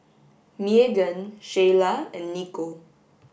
Meagan Shayla and Nico